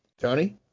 Tony